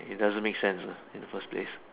it doesn't make sense lah in the first place